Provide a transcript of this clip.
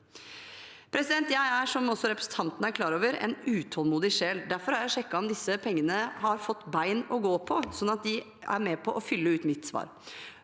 Jeg er, som også representanten er klar over, en utålmodig sjel. Derfor har jeg sjekket om disse pengene har fått bein å gå på, slik at de er med på å fylle ut mitt svar.